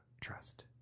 trust